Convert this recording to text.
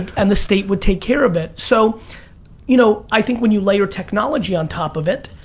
and the state would take care of it. so you know i think when you lay a technology on top of it,